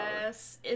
Yes